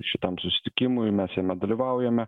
šitam susitikimui mes jame dalyvaujame